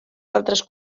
altres